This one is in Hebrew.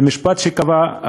זה בית-משפט שקבע,